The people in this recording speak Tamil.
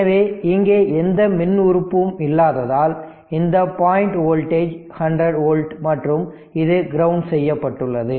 எனவே இங்கே எந்த மின் உறுப்பும் இல்லாததால் இந்த பாயிண்ட் வோல்டேஜ் 100 வோல்ட் மற்றும் இது கிரவுண்ட் செய்யப்பட்டுள்ளது